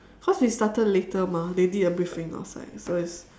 cause we started later mah they did a briefing outside so it's